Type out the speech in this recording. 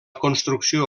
construcció